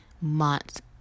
Months